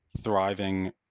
thriving